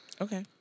Okay